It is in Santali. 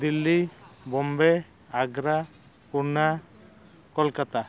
ᱫᱤᱞᱞᱤ ᱵᱳᱢᱵᱮ ᱟᱜᱽᱨᱟ ᱯᱩᱱᱟ ᱠᱳᱞᱠᱟᱛᱟ